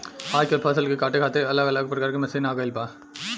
आजकल फसल के काटे खातिर अलग अलग प्रकार के मशीन आ गईल बा